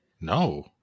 No